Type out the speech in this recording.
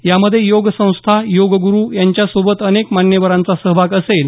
यामधे योग संस्था योग गुरु यांच्यासोबत अनेक मान्यवरांचा सहभाग असेल